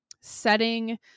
setting